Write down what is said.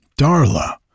Darla